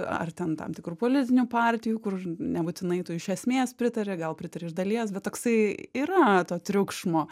ar ten tam tikrų politinių partijų kur nebūtinai tu iš esmės pritari gal pritari iš dalies bet toksai yra to triukšmo